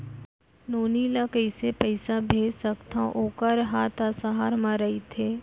नोनी ल कइसे पइसा भेज सकथव वोकर हा त सहर म रइथे?